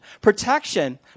protection